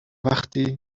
وقتی